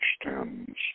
extends